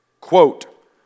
quote